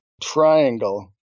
triangle